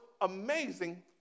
amazing